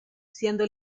siendo